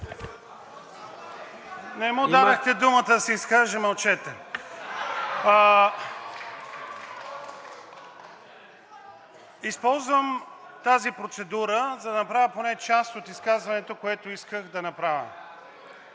Не му дадохте думата да се изкаже – мълчете. Използвам тази процедура, за да направя поне част от изказването, което исках да направя,